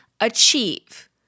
achieve